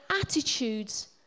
attitudes